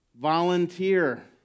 Volunteer